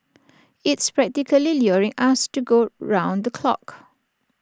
it's practically luring us to go round the clock